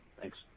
Thanks